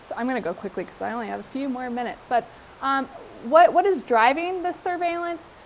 so i'm gonna go quickly, because i only have a few more minutes, but um what what is driving this surveillance?